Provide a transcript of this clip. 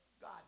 God